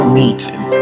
meeting